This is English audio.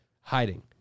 hiding